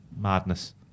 Madness